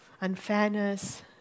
Unfairness